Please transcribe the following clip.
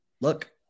look